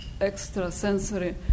extrasensory